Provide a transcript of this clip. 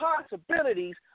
possibilities